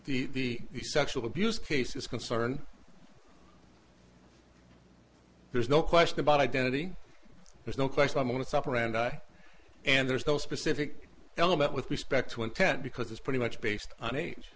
as the sexual abuse case is concerned there's no question about identity there's no question i'm with operandi and there is no specific element with respect to intent because it's pretty much based on age